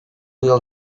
yıl